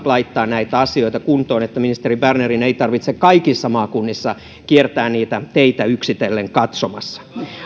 laittaa näitä asioita kuntoon että ministeri bernerin ei tarvitse kaikissa maakunnissa kiertää niitä teitä yksitellen katsomassa